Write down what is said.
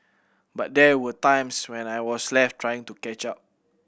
but there were times when I was left trying to catch up